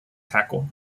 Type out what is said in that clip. tackle